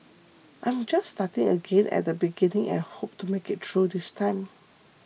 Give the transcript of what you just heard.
I'm just starting again at the beginning and hope to make it through this time